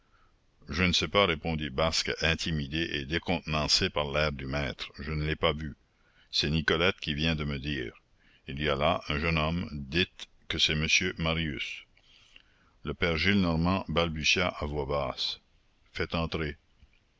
je ne sais pas répondit basque intimidé et décontenancé par l'air du maître je ne l'ai pas vu c'est nicolette qui vient de me dire il y a là un jeune homme dites que c'est monsieur marius le père gillenormand balbutia à voix basse faites entrer